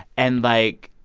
and, like,